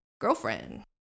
girlfriend